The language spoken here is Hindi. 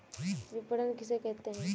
विपणन किसे कहते हैं?